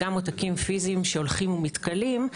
גם עותקים פיזיים שהולכים ומתכלים,